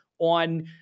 on